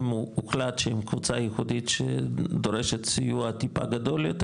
אם הוחלט שהן קבוצה ייחודית שדורשת סיוע טיפה גדול יותר